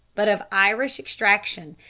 but of irish extraction,